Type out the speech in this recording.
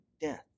death